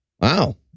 Wow